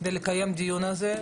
כדי לקיים את הדיון הזה.